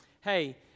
hey